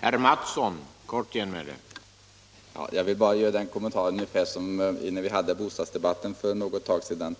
Herr talman! Jag vill göra samma kommentar som när vi hade bostadsdebatten för någon tid sedan: